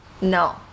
No